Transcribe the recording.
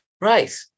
Right